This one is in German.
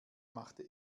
machte